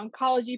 oncology